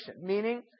meaning